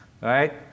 right